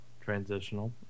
Transitional